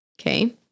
Okay